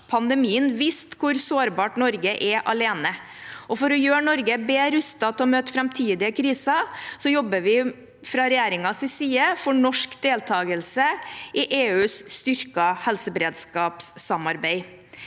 Pandemien viste hvor sårbart Norge er alene. For å gjøre Norge bedre rustet til å møte framtidige kriser, jobber vi fra regjeringens side for norsk deltakelse i EUs styrkede helseberedskapssamarbeid.